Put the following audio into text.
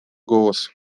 голос